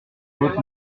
haute